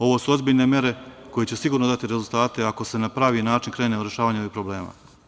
Ovo su ozbiljne mere koje će sigurno dati rezultate ako se na pravi način krene u rešavanje ovih problema.